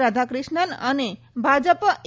રાધાક્રિષ્નન અને ભાજપ એ